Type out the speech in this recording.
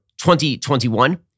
2021